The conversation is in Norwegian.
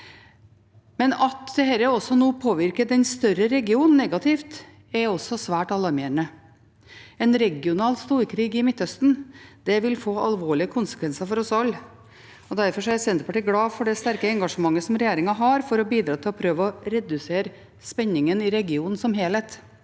At dette nå påvirker den større regionen negativt, er også svært alarmerende. En regional storkrig i Midtøsten vil få alvorlige konsekvenser for oss alle, og derfor er Senterpartiet glad for det sterke engasjementet som regjeringen har for å bidra til å prøve å redusere spenningen i regionen som helhet.